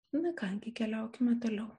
na ką gi keliaukime toliau